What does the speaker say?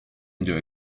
into